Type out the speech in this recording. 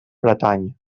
bretanya